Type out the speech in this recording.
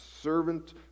servant